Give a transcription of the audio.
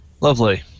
Lovely